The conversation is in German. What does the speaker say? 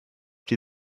die